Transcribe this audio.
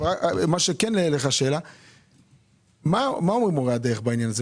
מה אמרו מורי הדרך בעניין הזה?